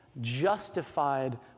justified